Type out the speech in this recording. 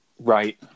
Right